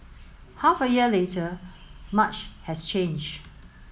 half a year later much has changed